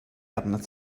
arnat